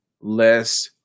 less